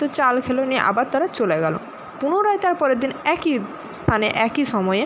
তো চাল খেলো নিয়ে আবার তারা চলে গেলো পুনরায় তার পরের দিন একই স্থানে একই সময়ে